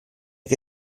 che